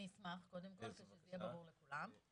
אני אשמח כדי שזה יהיה ברור לכולם.